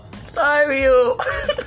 sorry